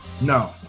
No